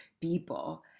people